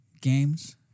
games